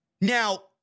Now